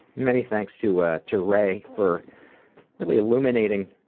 many thanks to ah to ray for really illuminating